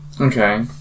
Okay